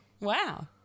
wow